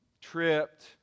tripped